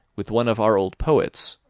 with one of our old poets